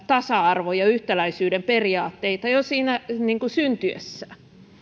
tasa arvoa ja yhtäläisyyden periaatteita jo syntyessään